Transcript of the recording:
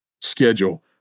schedule